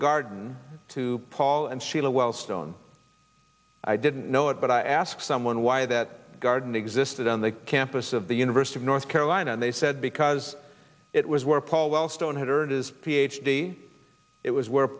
garden to paul and sheila wellstone i didn't know it but i asked someone why that garden existed on the campus of the university of north carolina and they said because it was where paul wellstone had earned his ph d it was where